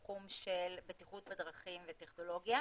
בתוך האוטובוסים ומחוץ לאוטובוסים,